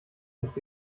nicht